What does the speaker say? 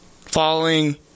falling